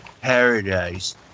paradise